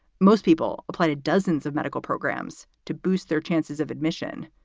most people play dozens of medical programs to boost their chances of admission.